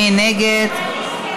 מי נגד?